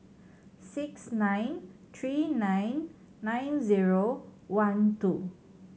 six nine three nine nine zero one two